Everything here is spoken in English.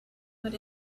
what